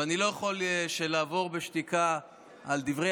אבל אני לא יכול לעבור בשתיקה על דברי